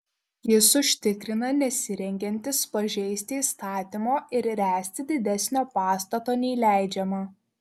jis užtikrina nesirengiantis pažeisti įstatymo ir ręsti didesnio pastato nei leidžiama